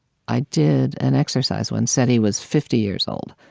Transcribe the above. i did an exercise when seti was fifty years old